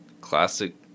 classic